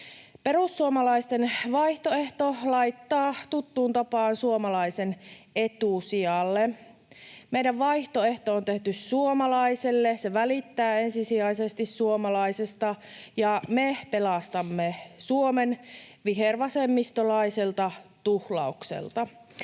Perussuomalaisten vaihtoehto laittaa tuttuun tapaan suomalaisen etusijalle. Meidän vaihtoehto on tehty suomalaiselle. Se välittää ensisijaisesti suomalaisesta, ja me pelastamme Suomen vihervasemmistolaiselta tuhlaukselta.